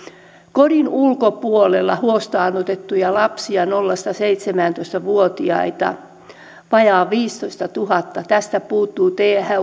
kodin ulkopuolella huostaanotettuja lapsia nolla viiva seitsemäntoista vuotiaita vajaa viidestoistatuhannes tästä puuttuvat